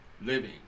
Living